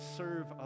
serve